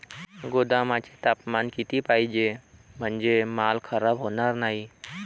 गोदामाचे तापमान किती पाहिजे? म्हणजे माल खराब होणार नाही?